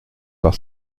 par